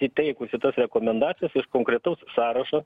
įteikusi tas rekomendacijas iš konkretaus sąrašo